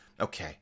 okay